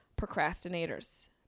procrastinators